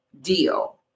deal